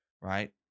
right